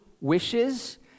wishes